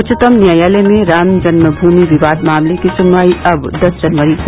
उच्चतम न्यायालय में राम जन्मभूमि विवाद मामले की सुनवाई अब दस जनवरी को